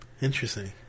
Interesting